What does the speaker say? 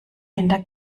hinter